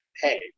Hey